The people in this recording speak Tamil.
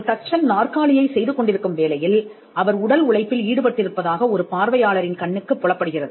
ஒரு தச்சன் நாற்காலியை செய்து கொண்டிருக்கும் வேளையில் அவர் உடல் உழைப்பில் ஈடுபட்டிருப்பதாக ஒரு பார்வையாளரின் கண்ணுக்கு புலப்படுகிறது